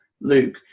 Luke